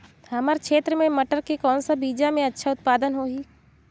हमर क्षेत्र मे मटर के कौन सा बीजा मे अच्छा उत्पादन होही?